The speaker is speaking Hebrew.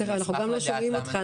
אנחנו גם לא שומעים אותך.